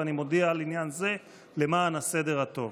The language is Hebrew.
ואני מודיע על עניין זה למען הסדר הטוב.